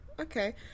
Okay